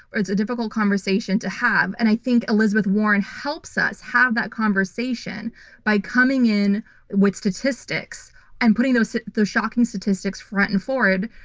it's a difficult conversation to have and i think elizabeth warren helps us have that conversation by coming in with statistics and putting those those shocking statistics front and forward,